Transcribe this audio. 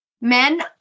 Men